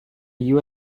you